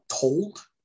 told